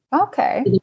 Okay